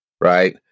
right